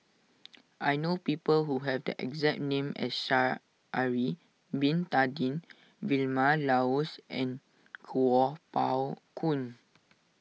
I know people who have the exact name as Sha'ari Bin Tadin Vilma Laus and Kuo Pao Kun